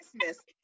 Christmas